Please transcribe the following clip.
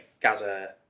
Gaza